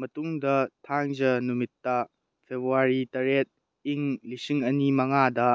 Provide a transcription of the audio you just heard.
ꯃꯇꯨꯡꯗ ꯊꯥꯡꯖ ꯅꯨꯃꯤꯠꯇ ꯐꯦꯕ꯭ꯋꯥꯔꯤ ꯇꯔꯦꯠ ꯏꯪ ꯂꯤꯁꯤꯡ ꯑꯅꯤ ꯃꯉꯥꯗ